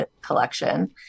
collection